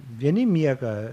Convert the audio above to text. vieni miega